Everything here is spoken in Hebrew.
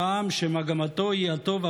העם שמגמתו היא הטוב,